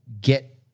get